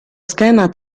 schema